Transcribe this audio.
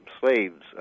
slaves